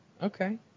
Okay